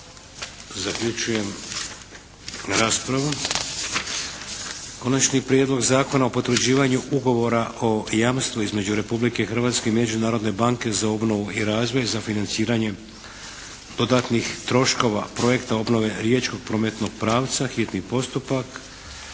Vladimir (HDZ)** 3. Prijedlog zakona o potvrđivanju Ugovora o jamstvu između Republike Hrvatske i međunarodne banke za obnovu i razvoj za financiranje dodatnih troškova "Projekta obnove riječkog prometnog pravca", s